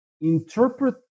interpret